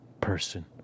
person